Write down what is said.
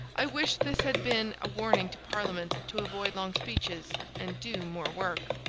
i wish this had been a warning to parliaments to avoid long speeches, and do more work.